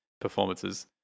performances